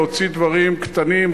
להוציא דברים קטנים,